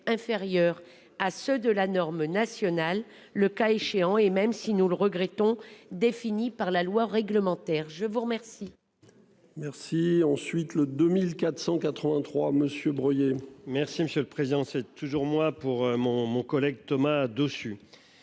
inférieure à ceux de la norme nationale le cas échéant et même si nous le regrettons défini par la loi réglementaire, je vous remercie. Merci. Ensuite le 2483, Monsieur. Merci Monsieur le Président, c'est toujours moi, pour mon, mon collègue Thomas Dossus.